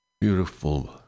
beautiful